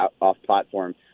off-platform